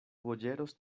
boyeros